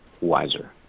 wiser